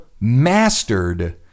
mastered